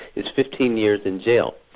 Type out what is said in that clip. is fifteen years in jail.